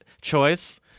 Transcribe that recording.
choice